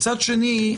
מצד שני,